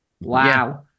Wow